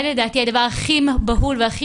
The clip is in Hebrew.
זה לדעתי הדבר הכי בהול והכי